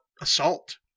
assault